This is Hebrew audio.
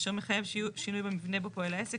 אשר מחייב ששינוי במבנה בו פועל העסק